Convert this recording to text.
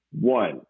One